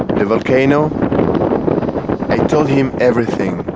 the volcano i told him everything